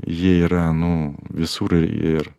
jie yra nu visur e ir